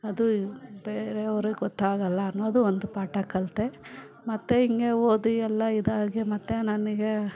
ಅದು ಬೇರೆಯವ್ರಿಗ್ ಗೊತ್ತಾಗಲ್ಲ ಅನ್ನೋದು ಒಂದು ಪಾಠ ಕಲಿತೆ ಮತ್ತು ಹಿಂಗೇ ಓದಿ ಎಲ್ಲ ಇದಾಗಿ ಮತ್ತು ನನಗೆ